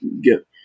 get